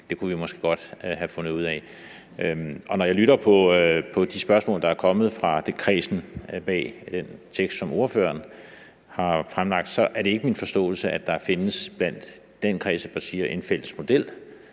kunne vi måske godt have fundet ud af, kan man sige. Når jeg lytter til de spørgsmål, der er kommet fra kredsen bag den vedtagelsestekst, som ordføreren har fremlagt, er det ikke min forståelse, at der blandt den kreds af partier findes en fælles model.